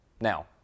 Now